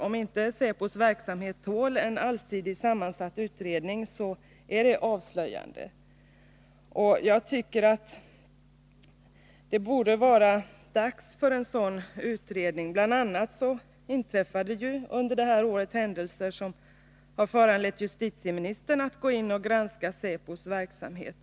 Om säpos verksamhet inte tål att granskas av en allsidigt sammansatt utredning är det avslöjande! Det borde vara dags för en sådan utredning. Bl. a. har under det här året inträffat händelser som har föranlett justitieministern att gå in och granska säpos verksamhet.